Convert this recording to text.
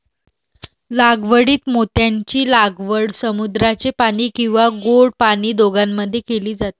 लागवडीत मोत्यांची लागवड समुद्राचे पाणी किंवा गोड पाणी दोघांमध्ये केली जाते